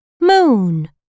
Moon